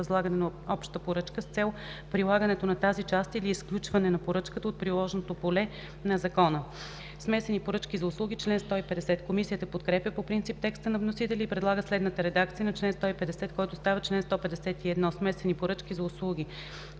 възлагане на обща поръчка с цел прилагането на тази част или изключване на поръчката от приложното поле на закона.” Член 150 – „Смесени поръчки за услуги”. Комисията подкрепя по принцип текста на вносителя и предлага следната редакция на чл. 150, който става чл. 151: „Смесени поръчки за услуги